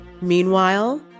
Meanwhile